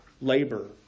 labor